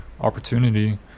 opportunity